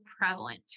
prevalent